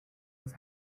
his